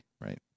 right